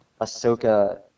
Ahsoka